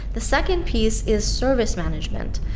the second piece is service management.